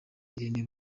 irene